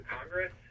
Congress